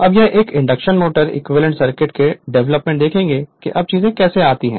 Refer Slide Time 3258 अब यह एक इंडक्शन मोटर इक्विवेलेंट सर्किट का डेवलपमेंट देखेंगे की अब चीजें कैसे आ रही हैं